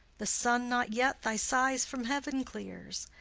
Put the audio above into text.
the sun not yet thy sighs from heaven clears,